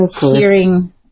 hearing